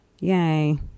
Yay